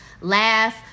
laugh